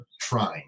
trying